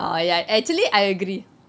oh ya actually I agree